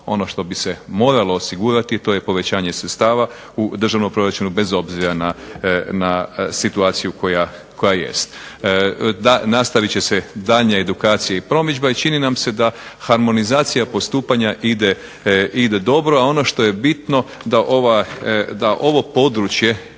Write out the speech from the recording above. Ono što bi se moralo osigurati to je povećanje sredstava u državnom proračunu bez obzira na situaciju koja jest. Nastavit će se daljnja edukacija i promidžba i čini nam se da harmonizacija postupanja ide dobro, a ono što je bitno da ovo područje